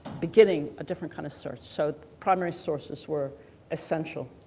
beginning a different kind of search. so primary sources were essential,